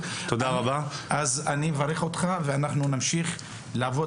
אני מברך אותך ואנחנו נמשיך לעבוד